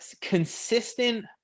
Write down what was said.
consistent